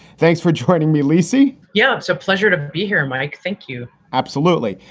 thanks for joining me, lisa yeah, it's a pleasure to be here, mike. thank you absolutely.